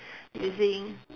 using